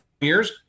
Years